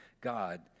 God